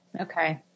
Okay